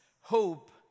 hope